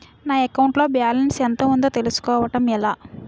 నా అకౌంట్ లో బాలన్స్ ఎంత ఉందో తెలుసుకోవటం ఎలా?